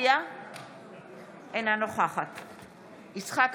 שעות של הכשרה מעשית מתקדמת לאחר